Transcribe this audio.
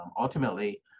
ultimately